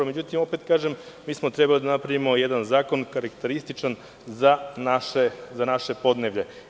Međutim, opet kažem, trebali smo da napravimo jedan zakon karakterističan za naše podneblje.